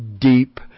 deep